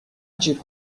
جیب